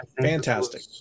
fantastic